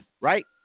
right